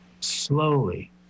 Slowly